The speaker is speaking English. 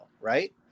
right